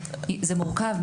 זה מורכב.